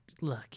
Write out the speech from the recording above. look